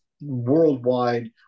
worldwide